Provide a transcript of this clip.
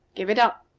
give it up,